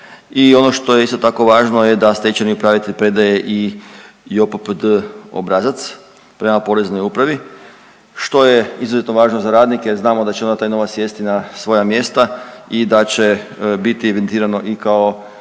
I ono što je isto tako važno je da stečajni upravitelj predaje i JOPPD obrazac prema poreznoj upravi što je izuzetno važno za radnike jer znamo da onda taj novac sjesti na svoja mjesta i da će biti evidentirano i kao